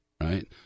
right